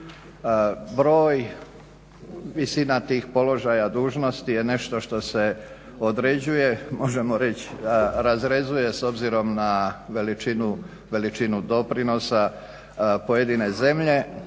Broj, visina tih položaja dužnosti je nešto što se određuje, možemo reći razrezuje s obzirom na veličinu doprinosa pojedine zemlje.